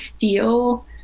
feel